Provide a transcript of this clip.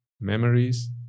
memories